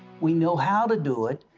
we know how to do it.